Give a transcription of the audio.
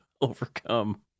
overcome